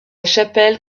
chapelle